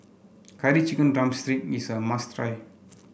Curry Chicken drumstick is a must try